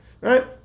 right